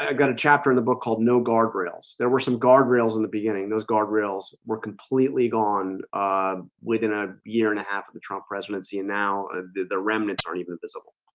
got a chapter in the book called no guardrails there were some guardrails in the beginning those guardrails were completely gone within a year and a half of the trump presidency and now and the remnants or even basalt